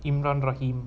imran rahim